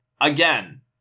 again